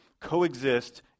Coexist